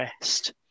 west